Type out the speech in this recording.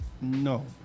No